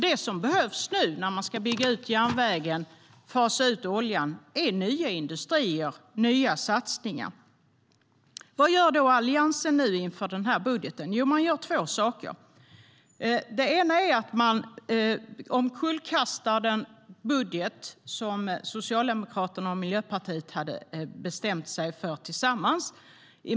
Det som behövs nu när man ska bygga ut järnvägen och fasa ut oljan är nya industrier och nya satsningar. Vad gör då Alliansen inför den här budgeten? Jo, man gör två saker. Det ena är att man omkullkastar den budget som Socialdemokraterna och Miljöpartiet tillsammans hade bestämt sig för.